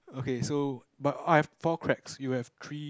okay so but I've four cracks you have three